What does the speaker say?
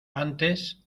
antes